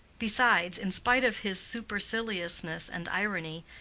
besides, in spite of his superciliousness and irony,